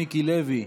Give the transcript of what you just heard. חבר הכנסת מיקי לוי,